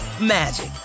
magic